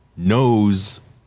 knows